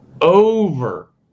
over